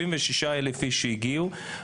76,000 איש שהגיעו,